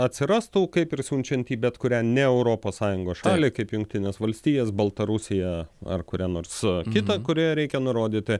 atsirastų kaip ir siunčiant į bet kurią ne europos sąjungos šalį kaip jungtines valstijas baltarusiją ar kurią nors kitą kurioje reikia nurodyti